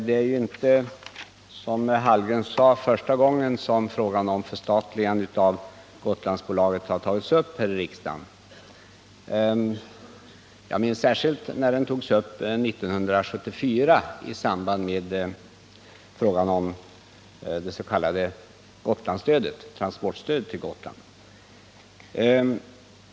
Herr talman! Som Karl Hallgren sade, är det inte första gången frågan om förstatligande av Gotlandsbolaget tagits upp här i riksdagen. Jag minns särskilt när den togs upp 1974 i samband med frågan om transportstödet till Gotland.